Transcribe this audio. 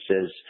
says